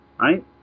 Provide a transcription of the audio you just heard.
right